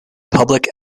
public